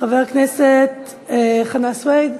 חבר הכנסת חנא סוייד,